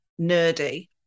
nerdy